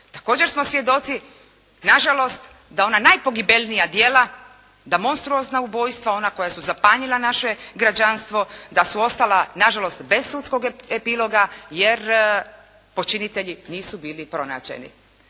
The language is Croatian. Također smo svjedoci, nažalost da ona najpogibeljnija djela, da monstruozna ubojstva, ona koja su zapanjila naše građanstvo da su ostala, nažalost bez sudskog epiloga jer počinitelji nisu bili pronađeni.